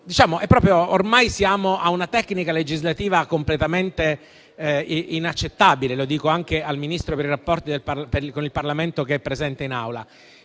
ormai siamo a una tecnica legislativa completamente inaccettabile. Dico questo anche al Ministro per i rapporti con il Parlamento, che è presente in Aula.